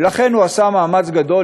ולכן הוא עשה מאמץ גדול,